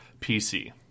pc